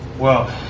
well,